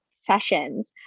sessions